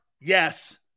Yes